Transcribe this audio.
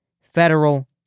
federal